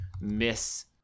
miss